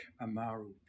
Amaru